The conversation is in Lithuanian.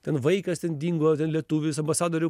ten vaikas ten dingo lietuvis ambasadoriau